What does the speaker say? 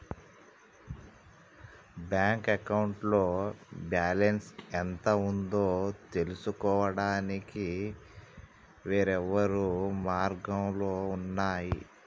bank అకౌంట్లో balance ఎంత ఉందో తెలుసుకోవడానికి వేర్వేరు మార్గాలు ఉన్నయి